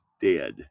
dead